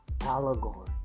allegory